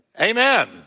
Amen